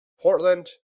Portland